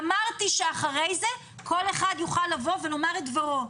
אמרתי שאחרי זה כל אחד יוכל לבוא ולומר את דברו.